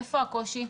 איפה הקושי?